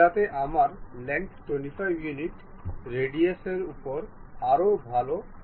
যাতে আমার length 25 unit রেডিয়াসের উপর আরও ভাল নিয়ন্ত্রণ থাকুক